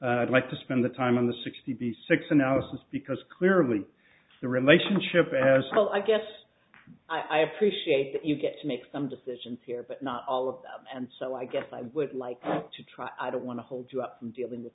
i'd like to spend the time on the sixty six analysis because clearly the relationship as a whole i guess i appreciate that you get to make some decisions here but not all of them and so i guess i would like to try i don't want to hold you up dealing with